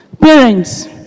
Parents